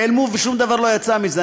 נעלמו ושום דבר לא יצא מזה.